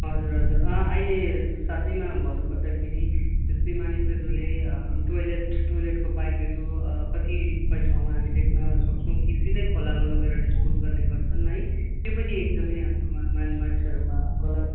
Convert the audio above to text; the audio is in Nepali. हजुर हजुर अहिले साथैमा भन्नुपर्दाखेरि जस्तै मानिसहरूले टोइलेट टोइलेटको पाइपहरू कतिपय ठाउँमा हामी देख्न सक्छौँ कि सिधै खोलामा लगेर डिस्पोज गर्ने गर्छन् है त्यो पनि एकदमै हाम्रो मानिसहरूमा गलत